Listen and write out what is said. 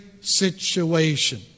situation